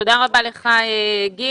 תודה רבה לך גיל.